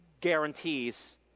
guarantees